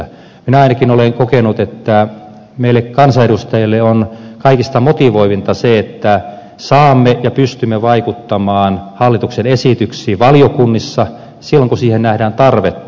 minä ainakin olen kokenut että meille kansanedustajille on kaikista motivoivinta se että saamme vaikuttaa ja pystymme vaikuttamaan hallituksen esityksiin valiokunnissa silloin kun siihen nähdään tarvetta